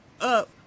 up